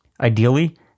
Ideally